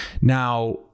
Now